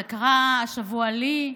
זה קרה השבוע לי,